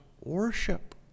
worship